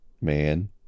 man